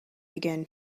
began